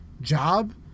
job